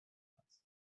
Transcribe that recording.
guards